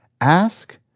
ask